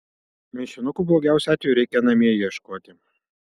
mišinukų blogiausiu atveju reikia namie ieškoti